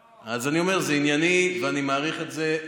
לא, אז אני אומר, זה ענייני, ואני מעריך את זה.